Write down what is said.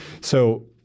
So-